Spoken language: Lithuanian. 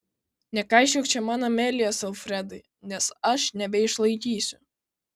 nekaišiok čia man amelijos alfredai nes aš nebeišlaikysiu